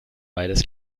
beides